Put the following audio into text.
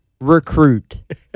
recruit